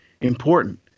important